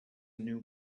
new